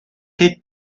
che